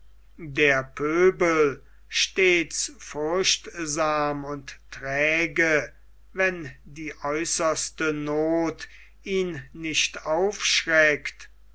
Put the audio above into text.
der pöbel stets furchtsam und träge wenn die äußerste noth ihn nicht aufschreckt